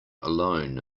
alone